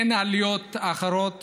אין עליות אחרות